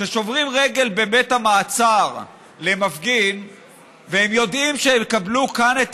כששוברים רגל בבית המעצר למפגין והם יודעים שהם יקבלו כאן את